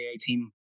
team